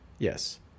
Yes